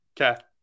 Okay